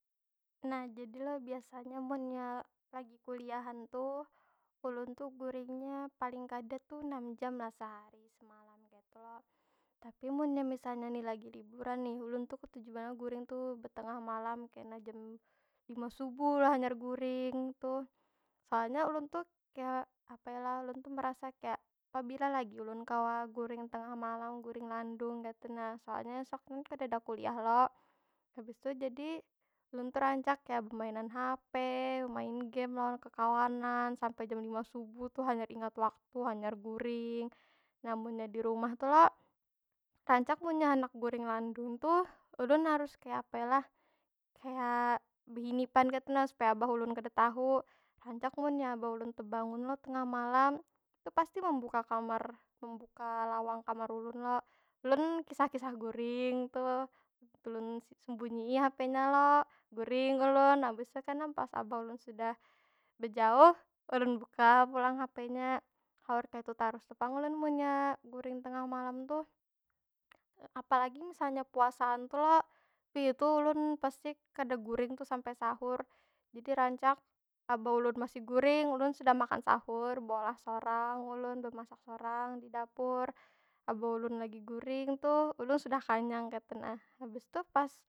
Nah, jadi lo biasanya munnya lagi kuliahan tuh, ulun tu guringnya paling kada tu enam jam lah sehari semalam kaytu lo. Tapi munnya misalnya nih, lagi liburan nih, ulun tu ketuju banar guring tu betengah malam kena jam lima subuh lah hanyar guring tuh. Soalnya ulun tu kaya, apa yo lah? Ulun tu merasa kaya pabila lagi ulun kawa guring tengah malam, guring landung kaytu nah. Soalnya esoknya kadeda kuliah lo. Habis tu jadi, ulun tu rancak kaya bemainan hape, main game lawan kekawanan sampe jam lima subuh tu hanyar ingat waktu, hanyar guring. Nah munnya di rumah tu lo, rancak munnya handak guring landung tuh ulun harus kaya apa yo lah? Kaya, behinipan kaytu nah supaya abah ulun kada tahu. Rancak munnya abah ulun tebangun lo tengah malam, tu pasti membuka kamar, membuka lawang kamar ulun lo. Ulun kisah- kisah guring tuh. Itu ulun sembunyii hapenya lo, guring ulun. Habis tu kena pas abah ulun sudah bejauh, ulun buka pulang hapenya. Haur kaytu tarus tu pang ulun munnya guring tengah malam tuh. Apalagi misalnya puasaan tu lo, wih itu ulun pasti kada guring tu sampai sahur. Jadi rancak abah ulun masih guring, ulun sudah makan sahur beolah sorang ulun, bemasak sorang di dapur. Abah ulun lagi guring tuh, ulun sudah kanyang kaytu nah. Habis tu pas.